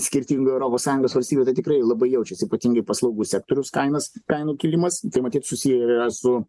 skirtingų europos sąjungos valstybių tai tikrai labai jaučiasi ypatingai paslaugų sektoriaus kainas kainų kilimas tai matyt susiję ir yra su